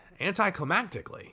anticlimactically